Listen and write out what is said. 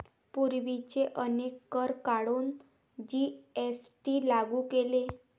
पूर्वीचे अनेक कर काढून जी.एस.टी लागू केले